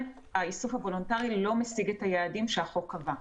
האיסוף הוולונטרי אינו משיג את היעדים שהחוק קבע.